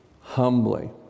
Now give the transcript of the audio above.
humbly